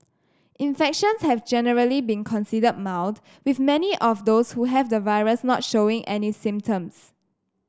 infections have generally been considered mild with many of those who have the virus not showing any symptoms